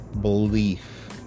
belief